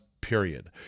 Period